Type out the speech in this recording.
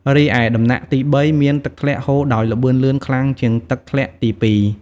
រីឯដំណាក់ទី៣ មានទឹកធ្លាក់ហូរដោយល្បឿនលឿនខ្លាំងជាងទឹកធ្លាក់ទី២។